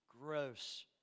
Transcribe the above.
Gross